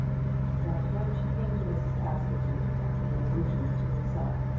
but when she came to mrs. askerton and the allusions to herself,